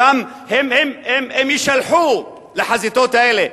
גם, הם יישלחו לחזיתות האלה.